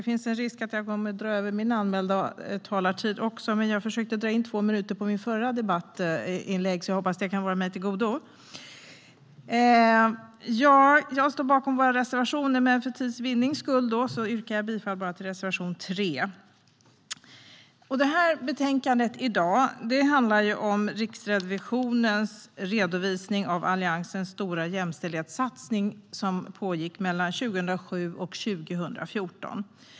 Herr talman! Jag står bakom våra reservationer men för tids vinnande yrkar jag bifall till bara reservation 3. Dagens betänkande handlar om Riksrevisionens redovisning av Alliansens stora jämställdhetssatsning som pågick mellan 2007 och 2014.